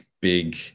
big